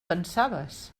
pensaves